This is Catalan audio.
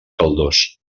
caldós